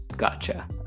Gotcha